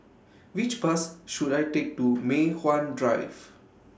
Which Bus should I Take to Mei Hwan Drive